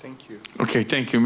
thank you ok thank you